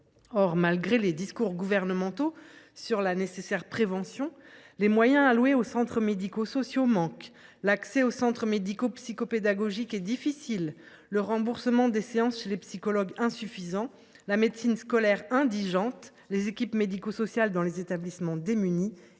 Or, malgré les discours gouvernementaux sur la nécessaire prévention, les moyens alloués aux centres médico sociaux manquent, l’accès aux centres médico psycho pédagogiques est difficile, le remboursement des séances chez les psychologues insuffisant, la médecine scolaire indigente, les équipes médico sociales dans les établissements démunies,